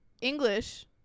English